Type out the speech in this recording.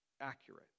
accurate